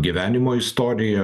gyvenimo istoriją